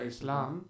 Islam